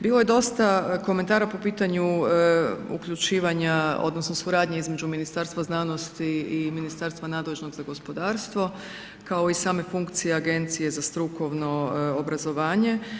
Bilo je dosta komentara po pitanju uključivanja odnosno suradnje između Ministarstva znanosti i Ministarstva nadležnog za gospodarstvo kao i same funkcije Agencije za strukovno obrazovanje.